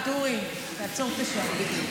ואטורי, תעצור את השעון.